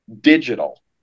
digital